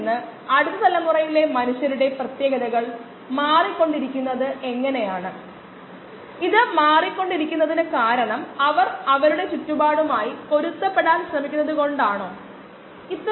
ഈ കോഴ്സിലെ closed end problems എന്ന് വിളിക്കുന്നതിലേക്ക് നമ്മൾ സ്വയം പരിമിതപ്പെടുത്തും